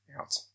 out